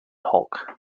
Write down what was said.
hulk